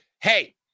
hey